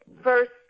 first